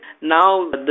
now